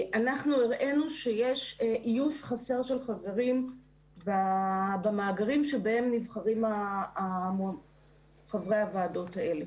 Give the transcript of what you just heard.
הראינו שיש איוש חסר של חברים במאגרים שבהם נבחרים חברי הוועדות האלה.